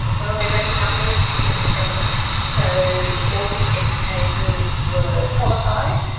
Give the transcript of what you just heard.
well, there are a number of different elements. so all the educators were qualified,